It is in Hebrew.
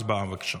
הצבעה, בבקשה.